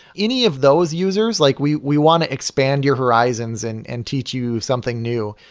any of those users, like we we want to expand your horizons and and teach you something new.